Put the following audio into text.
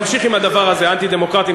תמשיך עם הדבר הזה, "אנטי-דמוקרטים".